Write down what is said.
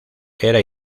era